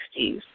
1960s